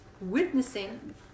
witnessing